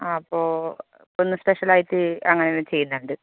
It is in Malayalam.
ആ അപ്പോൾ ഒന്ന് സ്പെഷ്യൽ ആയിട്ട് അങ്ങനെയൊന്ന് ചെയ്യുന്നുണ്ട്